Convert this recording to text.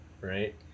right